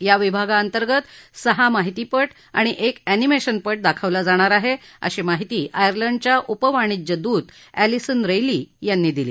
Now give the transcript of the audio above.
या विभागाअंतर्गत सहा माहितीपट आणि एक अनिमेशन पट दाखवला जाणार आहे अशी माहिती आयर्लंडच्या उपवाणिज्यदूत ऍलिसन रेईली यांनी दिली